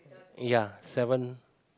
ya seven